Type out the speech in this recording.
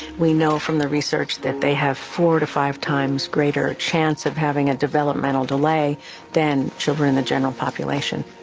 we know from the research that they have four to five times greater chance of having a developmental delay than children in the general population.